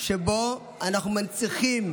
שבו אנחנו מנציחים